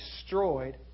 destroyed